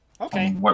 okay